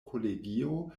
kolegio